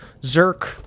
Zerk